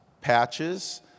patches